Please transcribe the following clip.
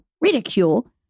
ridicule